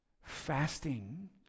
Fasting